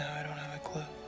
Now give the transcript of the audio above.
i don't have a clue.